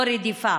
או 'רדיפה'".